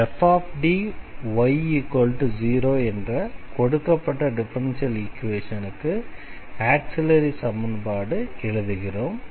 fDy0 என்ற கொடுக்கப்பட்ட differential ஈக்வேஷனுக்கு ஆக்ஸிலரி சமன்பாடு எழுதுகிறோம்